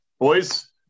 Boys